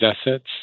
assets